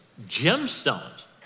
gemstones